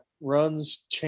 runs